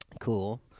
Cool